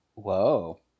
Whoa